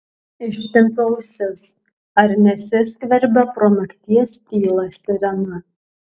ištempiu ausis ar nesiskverbia pro nakties tylą sirena